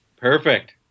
Perfect